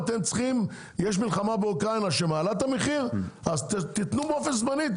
יש מלחמה באוקראינה שמעלה את המחירים אז תתנו באופן זמני,